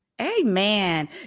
Amen